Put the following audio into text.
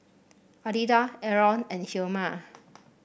Alida Arron and Hilma